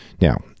now